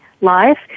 life